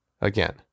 again